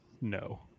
no